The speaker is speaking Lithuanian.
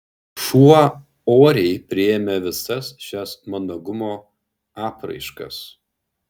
šuo oriai priėmė visas šias mandagumo apraiškas